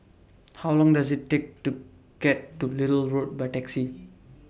How Long Does IT Take to get to Little Road By Taxi